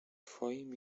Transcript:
twoim